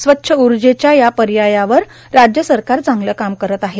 स्वच्छ उर्जेच्या या पर्यायावर राज्य सरकार चांगलं काम करत आहे